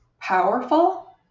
powerful